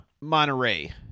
Monterey